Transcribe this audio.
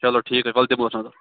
چلو ٹھیٖک ہے ولہٕ دِمہوس نظر